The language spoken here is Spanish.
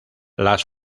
las